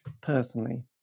personally